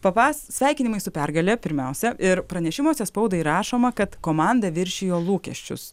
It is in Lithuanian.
papas sveikinimai su pergale pirmiausia ir pranešimuose spaudai rašoma kad komanda viršijo lūkesčius